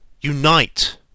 unite